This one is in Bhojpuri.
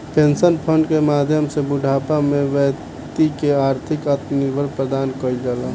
पेंशन फंड के माध्यम से बूढ़ापा में बैक्ति के आर्थिक आत्मनिर्भर प्रदान कईल जाला